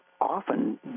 often